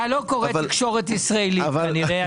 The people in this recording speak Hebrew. אתה לא קורא תקשורת ישראל כנראה,